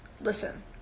Listen